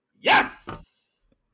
yes